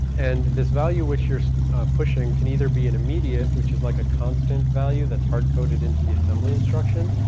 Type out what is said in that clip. and this value which you're pushing can either be an immediate which is like a constant value that's hard coded into the assembly instruction,